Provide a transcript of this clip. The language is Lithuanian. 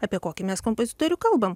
apie kokį mes kompozitorių kalbam